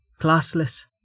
classless